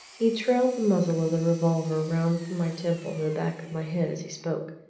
he trailed the muzzle of the revolver round from my temple to the back of my head as he spoke,